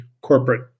corporate